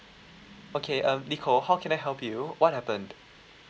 okay um nicole how can I help you what happened